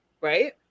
right